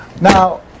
Now